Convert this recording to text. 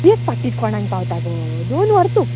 एक पाकीट कोणांक पावता गो दोन व्हर तूं